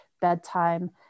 bedtime